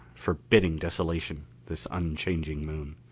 forbidding desolation, this unchanging moon.